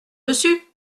dessus